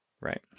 Right